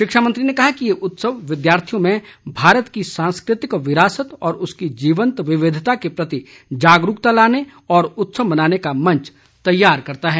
शिक्षा मंत्री ने कहा कि ये उत्सव विद्यार्थियों में भारत की सांस्कृतिक विरासत और उसकी जिवंत विविधता के प्रति जागरूकता लाने और उत्सव मनाने का मंच तैयार करता है